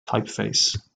typeface